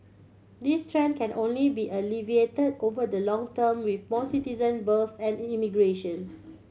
this trend can only be alleviated over the longer term with more citizen births and immigration